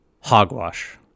Hogwash